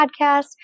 podcast